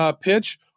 pitch